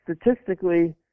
statistically